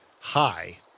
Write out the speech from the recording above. Hi